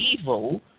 evil